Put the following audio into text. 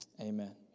Amen